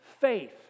faith